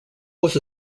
was